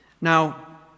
Now